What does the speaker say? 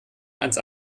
ans